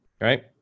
right